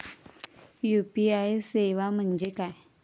UPI सेवा म्हणजे काय?